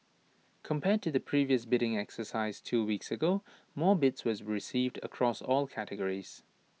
compared to the previous bidding exercise two weeks ago more bids were received across all categories